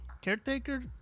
Caretaker